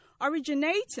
originating